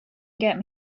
get